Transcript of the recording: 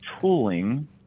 tooling